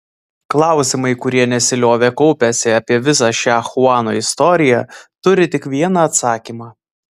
klausimai kurie nesiliovė kaupęsi apie visą šią chuano istoriją turi tik vieną atsakymą